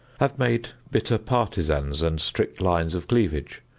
have made bitter partisans and strict lines of cleavage,